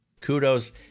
Kudos